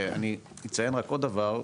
אני אציין רק עוד דבר,